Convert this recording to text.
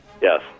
Yes